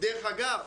דרך אגב,